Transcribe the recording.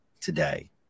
today